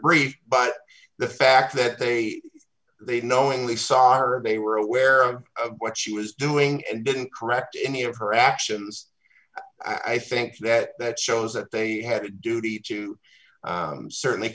brief but the fact that they they knowingly saw our they were aware of what she was doing and didn't correct any of her actions i think that that shows that they had a duty to certainly